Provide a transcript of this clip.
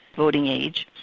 voting age,